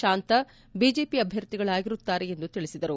ಶಾಂತ BJP ಅಭ್ವರ್ಥಿಗಳಾಗಿರುತ್ತಾರೆ ಎಂದು ತಿಳಿಸಿದರು